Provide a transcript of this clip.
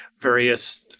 various